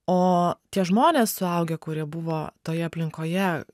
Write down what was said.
o tie žmonės suaugę kurie buvo toje aplinkoje